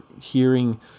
hearing